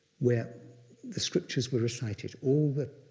where the scriptures were recited. all the